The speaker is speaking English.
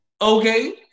okay